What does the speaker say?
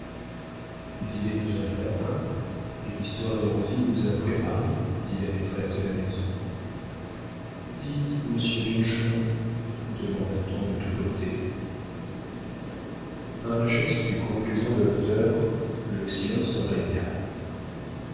mais il est deux heures du matin et l'histoire de rosine nous a préparées dit la maîtresse de la maison dites monsieur bianchon demanda-t-on de tous côtés a un geste du complaisant docteur le silence régna